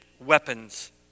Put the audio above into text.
weapons